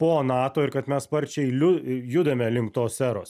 po nato ir kad mes sparčiai liu judame link tos eros